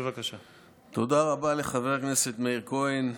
תודה רבה לחבר הכנסת מאיר כהן,